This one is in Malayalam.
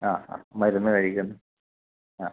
ആ ആ മരുന്ന് കഴിക്കുന്നു ആ